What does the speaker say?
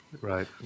Right